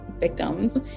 victims